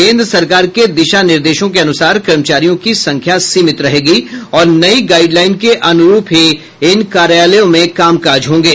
केंद्र सरकार के दिशा निर्देशों के अनुसार कर्मचारियों की संख्या सीमित रहेगी और नई गाईडलाईन के अनुरूप ही इन कार्यालयों में कामकाज होंगे